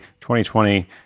2020